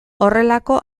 horrelako